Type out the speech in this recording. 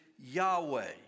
Yahweh